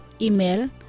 Email